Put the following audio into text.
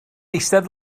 eistedd